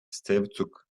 szewczuk